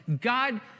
God